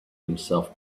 himself